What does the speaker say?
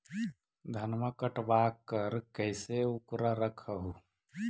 धनमा कटबाकार कैसे उकरा रख हू?